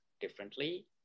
differently